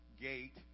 gate